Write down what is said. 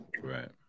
right